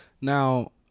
Now